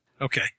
Okay